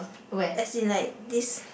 as in like this